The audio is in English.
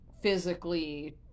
physically